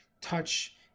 touch